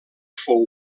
fou